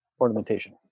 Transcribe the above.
ornamentation